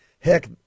heck